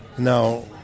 Now